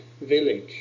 village